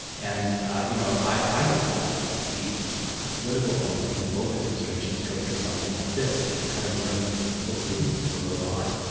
and you know i would like to see political appointees in both administrations go through something like this where you're kind of learning what the rules of the road are.